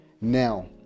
now